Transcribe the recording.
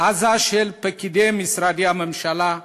עזה של פקידי משרדי הממשלה,